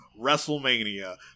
Wrestlemania